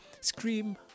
Scream